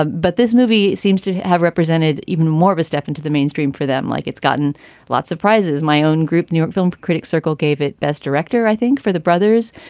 ah but this movie seems to have represented even more of a step into the mainstream for them, like it's gotten lots of prizes. my own group, new york film critics circle gave it best director, i think for the brothers.